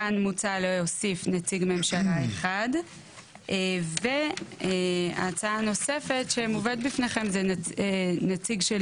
כאן מוצע להוסיף נציג ממשלה אחד והצעה נוספת שמובאת בפניכם זה נציג של